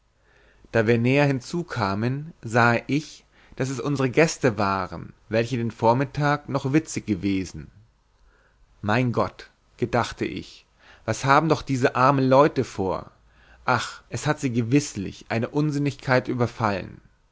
da wir näher hinzukamen sahe ich daß es unsere gäste waren welche den vormittag noch witzig gewesen mein gott gedachte ich was haben doch diese arme leute vor ach es hat sie gewißlich eine unsinnigkeit überfallen